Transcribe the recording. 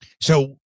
So-